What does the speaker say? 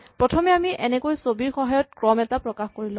প্ৰথমে আমি এনেকৈ ছবিৰ সহায়ত ক্ৰম এটা প্ৰকাশ কৰি লওঁ